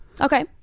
Okay